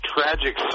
Tragic